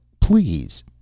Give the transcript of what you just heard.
Please